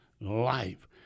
life